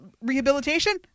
rehabilitation